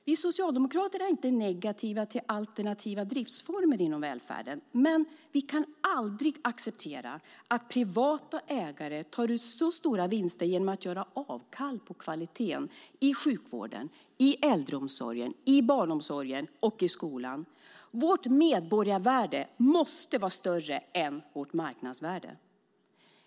Vi socialdemokrater är inte negativa till alternativa driftsformer inom välfärden, men vi kan aldrig acceptera att privata ägare tar ut stora vinster genom att göra avkall på kvaliteten i sjukvården, i äldreomsorgen, i barnomsorgen och i skolan. Vårt medborgarvärde måste vara större än vårt marknadsvärde.